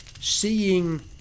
seeing